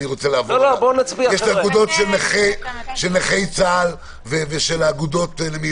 יש נקודות של נכי צה"ל ושל האגודות למיניהן.